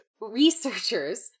researchers